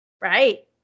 right